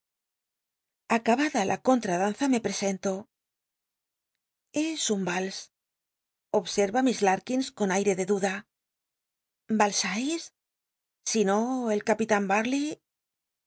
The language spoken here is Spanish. acabada la contrad an za me pl'cscnto es un rals obserra miss larldns con ailc de duda valsais si no el ca